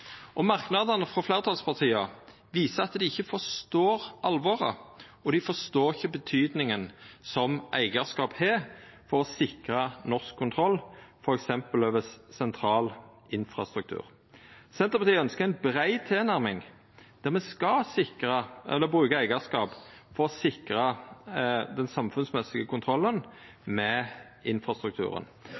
Merknadene frå fleirtalspartia viser at dei ikkje forstår alvoret, og dei forstår ikkje kva tyding eigarskap har for å sikra norsk kontroll, f.eks. over sentral infrastruktur. Senterpartiet ønskjer ei brei tilnærming der me skal bruka eigarskap for å sikra den samfunnsmessige kontrollen med infrastrukturen,